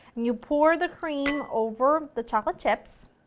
you pour the cream over the chocolate chips,